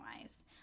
wise